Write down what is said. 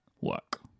work